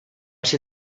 ser